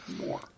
more